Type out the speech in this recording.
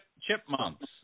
chipmunks